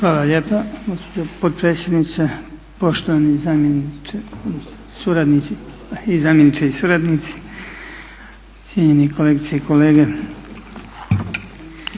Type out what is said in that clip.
Hvala lijepa gospođo potpredsjednice, poštovani zamjeniče i suradnici, cijenjeni kolegice i kolege.